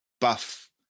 buff